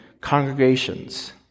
congregations